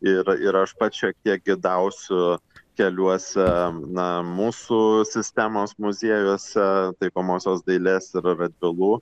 ir ir aš pats šiek tiek gidausiu keliuose na mūsų sistemos muziejuose taikomosios dailės ir radvilų